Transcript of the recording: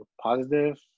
positive